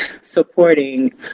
supporting